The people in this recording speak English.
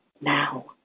now